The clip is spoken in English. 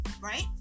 right